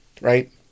right